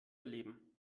erleben